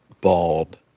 bald